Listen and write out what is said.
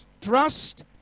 trust